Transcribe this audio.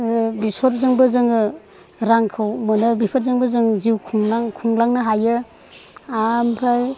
बेसरजोंबो जों रांखौ मोनो बेफोरखौबो जों जिउ खुंलांनो हायो आमफ्राय